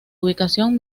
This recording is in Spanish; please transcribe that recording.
ubicación